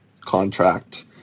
contract